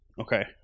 Okay